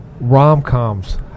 Rom-coms